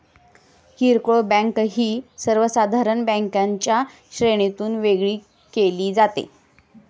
किरकोळ बँक ही सर्वसाधारण बँकांच्या श्रेणीतून वेगळी केली जाते